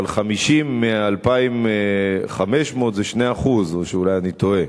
אבל 50 מ-2,500 זה 2%. או אולי אני טועה?